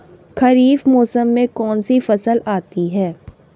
खरीफ मौसम में कौनसी फसल आती हैं?